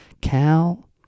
Cal